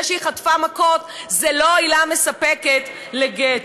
זה שהיא חטפה מכות זה לא עילה מספקת לגט,